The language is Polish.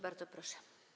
Bardzo proszę.